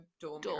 door